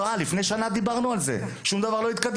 שדיברנו על נושא המסוים הזה לפני שנה ושום דבר לא התקדם.